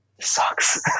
sucks